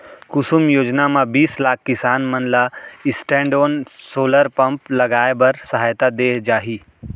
कुसुम योजना म बीस लाख किसान मन ल स्टैंडओन सोलर पंप लगाए बर सहायता दे जाही